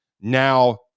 now